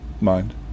mind